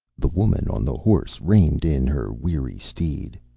the woman on the horse reined in her weary steed.